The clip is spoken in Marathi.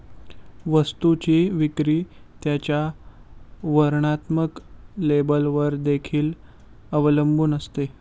वस्तूची विक्री त्याच्या वर्णात्मक लेबलवर देखील अवलंबून असते